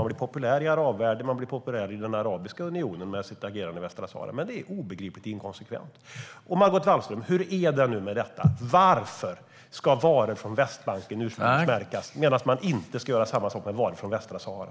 Man blir populär i arabvärlden och i Arabförbundet genom sitt agerande i Västsahara, men det är obegripligt inkonsekvent. Hur är det nu, Margot Wallström - varför ska varor från Västbanken ursprungsmärkas, medan man inte ska göra samma sak med varor från Västsahara?